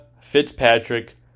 Fitzpatrick